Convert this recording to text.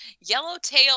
Yellowtail